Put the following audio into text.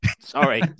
Sorry